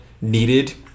needed